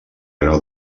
grau